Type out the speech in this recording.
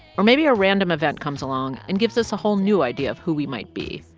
or maybe a random event comes along and gives us a whole new idea of who we might be.